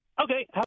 Okay